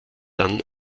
dann